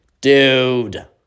Dude